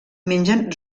mengen